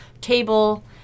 table